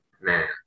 man